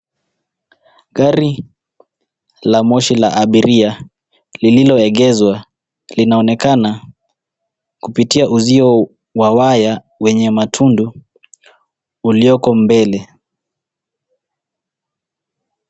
Gari la moshi la abiria lilioegezwa linaonekana kupitia uzio wa waya wenye matundu ulioko mbele.